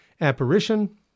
apparition